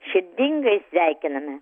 širdingai sveikiname